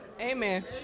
amen